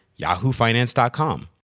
yahoofinance.com